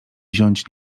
wziąć